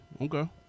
Okay